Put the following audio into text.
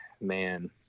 man